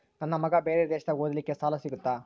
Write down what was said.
ನನ್ನ ಮಗ ಬೇರೆ ದೇಶದಾಗ ಓದಲಿಕ್ಕೆ ಸಾಲ ಸಿಗುತ್ತಾ?